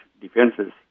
defenses